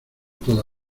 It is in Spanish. toda